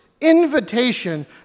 invitation